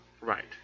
Right